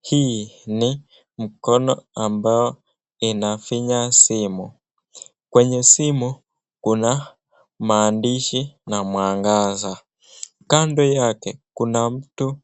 Hii ni mkono ambao inafinya simu. Kwenye simu kuna maandishi na mwangaza. Kando yake kuna mtu